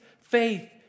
faith